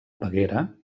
peguera